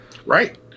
Right